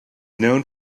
known